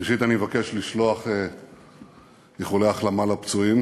ראשית אני מבקש לשלוח איחולי החלמה לפצועים